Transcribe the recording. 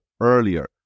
earlier